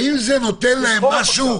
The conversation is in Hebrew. האם זה נותן להם משהו?